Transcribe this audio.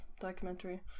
documentary